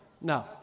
no